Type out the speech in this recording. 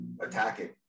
attacking